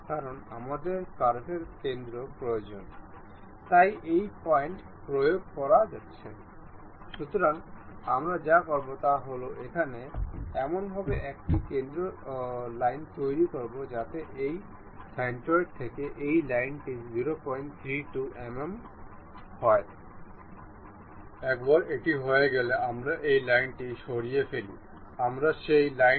এখন আমরা দেখতে পাচ্ছি যে এই বলের কেন্দ্রটি স্লাইডের এই স্প্লাইনের সাথে সংযুক্ত এটি কার্ভার্ড স্লাইড